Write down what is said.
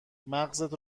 مغزت